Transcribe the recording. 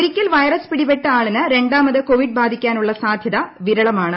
ഒരിക്കൽ ഉവെറസ് പിടിപെട്ട ആളിന് രണ്ടാമത് കോവിഡ് ബാധിക്കാനുള്ളൂ സാധ്യത വിരളമാണ്